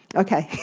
ok,